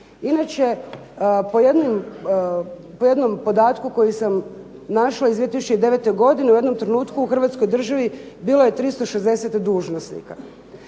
Inače, po jednom podatku koji sam našla iz 2009. godine u jednom trenutku u Hrvatskoj državi bilo je 360 dužnosnika